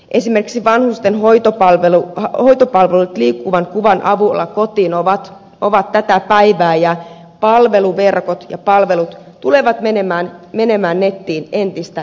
esimerkiksi vanhusten hoitopalvelut liikkuvan kuvan avulla kotiin ovat tätä päivää ja palveluverkot ja palvelut tulevat menemään nettiin entistä enemmän